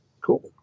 Cool